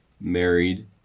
married